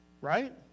right